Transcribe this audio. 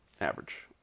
average